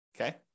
Okay